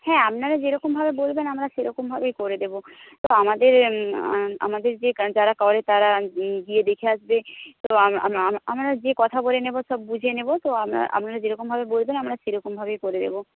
হ্যাঁ আপনারা যেরকমভাবে বলবেন আমরা সেরকমভাবেই করে দেবো তো আমাদের আমাদের যে যারা করে তারা গিয়ে দেখে আসবে তো আমরা গিয়ে কথা বলে নেব সব বুঝে নেব তো আপনারা যেরকমভাবে বলবেন আমরা সেরকমভাবেই করে দেবো